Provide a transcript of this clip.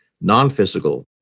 non-physical